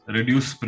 Reduce